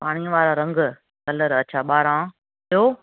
पाणीअ वारा रंग कलर ॿारहं अच्छा ॿियो